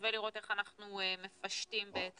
שווה לראות איך אנחנו מפשטים את